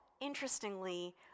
interestingly